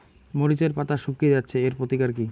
মরিচের পাতা শুকিয়ে যাচ্ছে এর প্রতিকার কি?